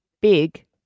Big